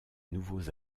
nouveaux